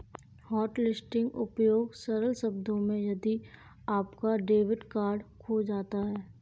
hotlisting उपयोग सरल शब्दों में यदि आपका डेबिट कार्ड खो जाता है